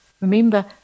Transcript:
Remember